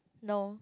no